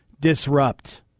Disrupt